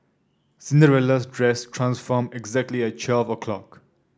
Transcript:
Cinderella's dress transformed exactly at twelve o'clock